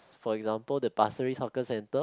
for example the Pasir Ris hawker centre